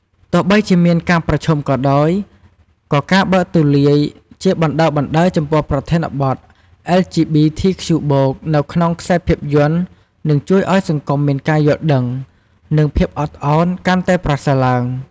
ទោះបីជាមានការប្រឈមក៏ដោយ ក៏ការបើកទូលាយជាបណ្តើរៗចំពោះប្រធានបទ អិល ជី ប៊ី ធី ខ្ជូ បូក (LGBTQ+) នៅក្នុងខ្សែភាពយន្ត នឹងជួយឲ្យសង្គមមានការយល់ដឹង និងភាពអត់អោនកាន់តែប្រសើរឡើង។